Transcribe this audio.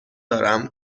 دارم